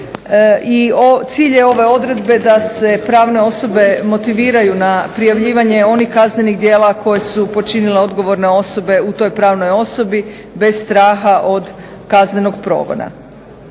i cilj je ove odredbe da se pravne osobe motiviraju na prijavljivanje onih kaznenih djela koje su počinile odgovorne osobe u toj pravnoj osobi bez straha od kaznenog progona.